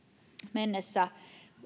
mennessä